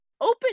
open